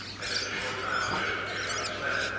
and in a short time others appeared on his left.